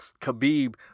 Khabib